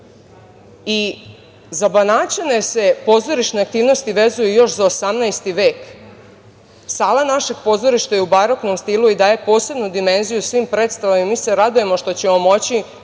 i za Banaćane se pozorišne aktivnosti vezuju još za 18. vek. Sala našeg pozorišta je u baroknom stilu i daje posebnu dimenziju svim predstavama i mi se radujemo što ćemo moći